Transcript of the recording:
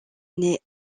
naît